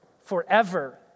forever